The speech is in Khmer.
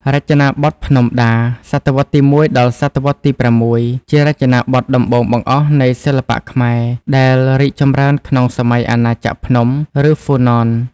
រចនាបថភ្នំដា សតវត្សទី១ ដល់ សតវត្សទី៦ ជារចនាបថដំបូងបង្អស់នៃសិល្បៈខ្មែរ ដែលរីកចម្រើនក្នុងសម័យអាណាចក្រភ្នំ ឫហ្វូណន។